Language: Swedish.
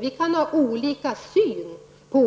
Vi kan ha olika syn på